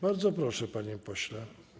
Bardzo proszę, panie pośle.